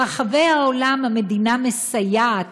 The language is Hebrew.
ברחבי העולם המדינה מסייעת